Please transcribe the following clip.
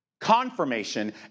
confirmation